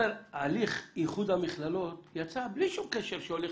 הליך איחוד המכללות יצא בלי שום קשר שהולך